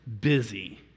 busy